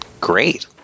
Great